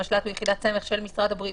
המשל"ט הוא יחידת סמך של משרד הבריאות.